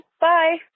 Bye